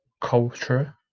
Culture